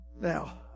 Now